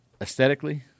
Aesthetically